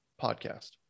podcast